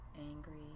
angry